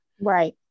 right